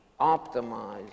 optimize